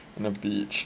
and the beach